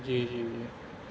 جی جی جی